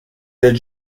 êtes